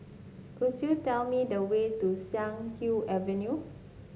could you tell me the way to Siak Kew Avenue